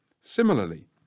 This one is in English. Similarly